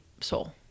soul